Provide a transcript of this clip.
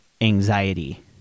anxiety